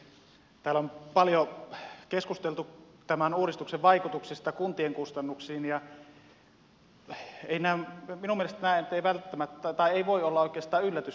täällä on paljon keskusteltu tämän uudistuksen vaikutuksista kuntien kustannuksiin ja minun mielestäni nämä eivät voi olla oikeastaan yllätys kenellekään